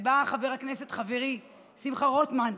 בא חבר הכנסת חברי שמחה רוטמן,